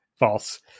False